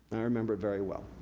i remember it very well.